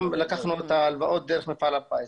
גם לקחנו את ההלוואות דרך מפעל הפיס.